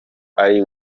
ali